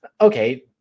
okay